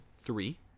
Three